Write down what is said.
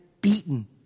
beaten